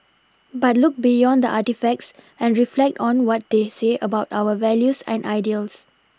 but look beyond the artefacts and reflect on what they say about our values and ideals